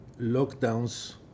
lockdowns